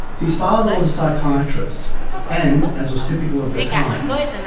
his father was a psychiatrist and, as was typical of the times,